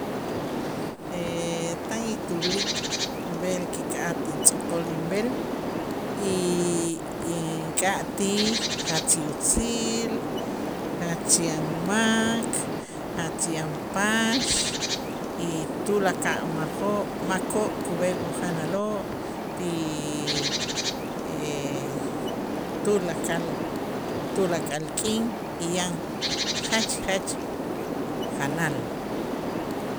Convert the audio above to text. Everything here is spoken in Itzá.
Tan intulik b'el kika'aj ti tz'o'kol inb'el y ink'atij jach yutzil, jach yan mak, jach yan pax y tulakal majoo'-makoo' kub'el ujanaloo' ti tulakal tulakal k'in yan jach jach janal.